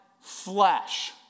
flesh